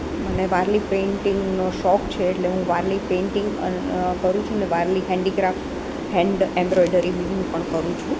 મને વારલી પેઈન્ટિંગનો શોખ છે એટલે હું વારલી પેંટિંગ કરું છું અને વારલી હેન્ડીક્રાફ્ટ હેન્ડ એમરોઈડરી નું પણ કરું છું